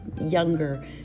younger